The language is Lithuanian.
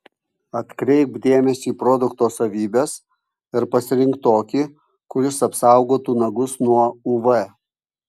atkreipk dėmesį į produkto savybes ir pasirink tokį kuris apsaugotų nagus nuo uv